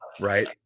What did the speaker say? right